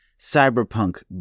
Cyberpunk